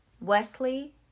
Wesley